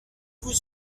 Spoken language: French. vous